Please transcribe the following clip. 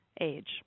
age